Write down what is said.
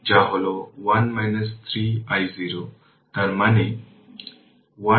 সুতরাং 5 Ω হেনরি এবং 20 henry inductor parallel তাই Leq 4 হেনরি